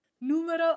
Numero